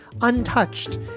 untouched